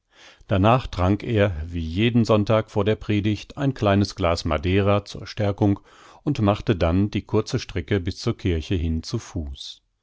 danach trank er wie jeden sonntag vor der predigt ein kleines glas madeira zur stärkung und machte dann die kurze strecke bis zur kirche hin zu fuß